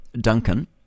Duncan